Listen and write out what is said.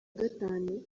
gatanu